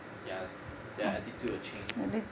ya their attitude a change